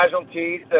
casualties